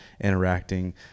interacting